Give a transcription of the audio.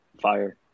fire